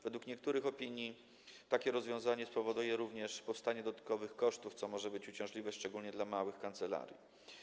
Według niektórych opinii takie rozwiązanie spowoduje również powstanie dodatkowych kosztów, co może być uciążliwe szczególnie dla małych kancelarii.